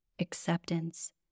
acceptance